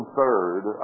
third